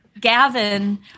Gavin